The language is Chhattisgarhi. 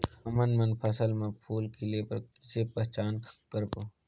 हमन मन फसल म फूल खिले बर किसे पहचान करबो?